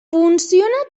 funciona